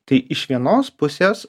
tai iš vienos pusės